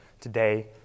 today